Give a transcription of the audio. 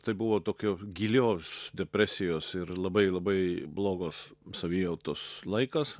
tai buvo tokios gilios depresijos ir labai labai blogos savijautos laikas